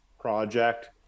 project